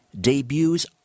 debuts